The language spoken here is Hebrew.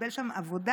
קיבל שם עבודה,